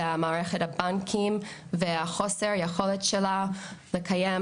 זה מערכת הבנקים והחוסר יכולת שלה לקיים